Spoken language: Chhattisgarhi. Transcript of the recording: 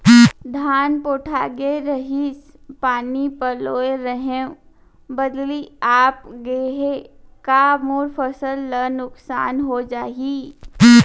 धान पोठागे रहीस, पानी पलोय रहेंव, बदली आप गे हे, का मोर फसल ल नुकसान हो जाही?